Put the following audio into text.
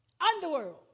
Underworld